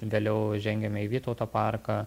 vėliau žengiame į vytauto parką